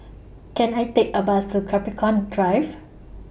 Can I Take A Bus to Capricorn Drive